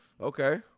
Okay